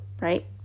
right